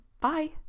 Bye